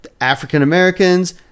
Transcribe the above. african-americans